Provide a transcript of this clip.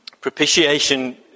propitiation